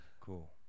Cool